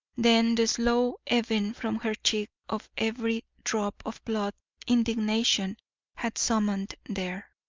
then the slow ebbing from her cheek of every drop of blood indignation had summoned there.